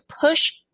push